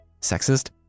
Sexist